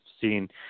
seen